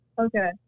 Okay